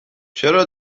چرا